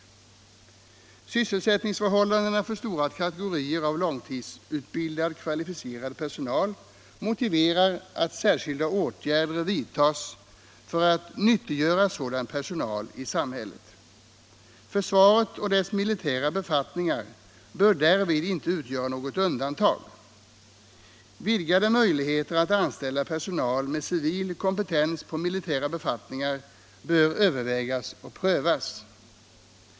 Sysselsättningsförhållandena för stora kategorier av långtidsutbildad, kvalificerad personal motiverar att särskilda åtgärder vidtas för att nyttiggöra sådan personal i samhället. Försvaret och dess militära befattningar bör därvid inte utgöra något undantag. Vidgade möjligheter att anställa personal med civil kompetens på militära befattningar bör övervägas och prövas.